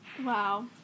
Wow